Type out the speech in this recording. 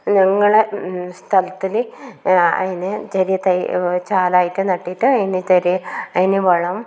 ഞങ്ങളെ സ്ഥലത്തിൽ അതിനെ ചെറിയ തൈ ചാലായി നട്ടിട്ട് അതിന് ചെറിയ അതിന് വളം